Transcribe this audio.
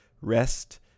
rest